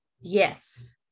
yes